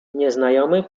nieznajomy